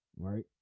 right